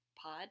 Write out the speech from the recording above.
Pod